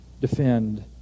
defend